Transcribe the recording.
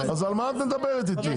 אז על מה את מדברת איתי?